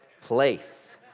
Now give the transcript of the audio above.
place